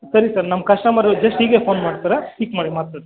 ಸರಿ ಸರ್ ನಮ್ಮ ಕಸ್ಟಮರು ಜಸ್ಟ್ ಹೀಗೆ ಫೋನ್ ಮಾಡ್ತಾರೇ ಪಿಕ್ ಮಾಡಿ ಮಾತಾಡಿ